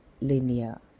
linear